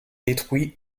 détruits